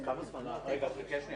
חבלה חמורה,